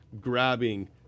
grabbing